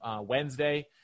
Wednesday